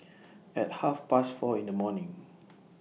At Half Past four in The morning